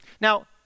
Now